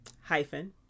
hyphen